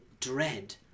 dread